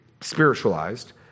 spiritualized